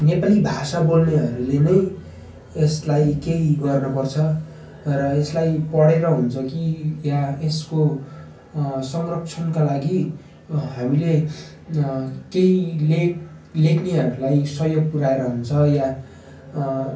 नेपाली भाषा बोल्नेहरूले नै यसलाई केही गर्नुपर्छ र यसलाई पढेर हुन्छ कि या यसको संरक्षणका लागि हामीले केही लेख लेख्नेहरूलाई सहयोग पुर्याएर हुन्छ या